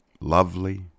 lovely